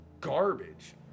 garbage